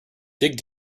dig